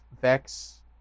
Vex